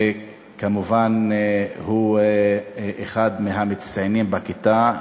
וכמובן הוא אחד מהמצטיינים בכיתה,